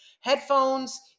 Headphones